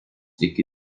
iki